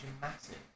massive